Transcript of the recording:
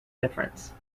difference